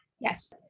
Yes